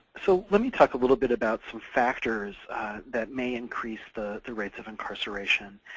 so let me talk a little bit about some factors that may increase the the rates of incarceration.